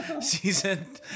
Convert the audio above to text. season